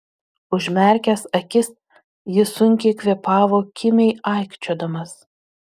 užmerkęs akis jis sunkiai kvėpavo kimiai aikčiodamas